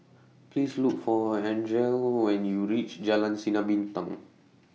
Please Look For Angele when YOU REACH Jalan Sinar Bintang